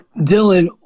Dylan